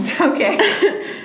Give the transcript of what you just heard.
Okay